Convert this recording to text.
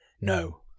No